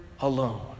alone